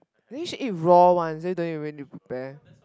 then you should eat raw one so you don't even need to prepare